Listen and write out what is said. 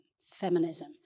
feminism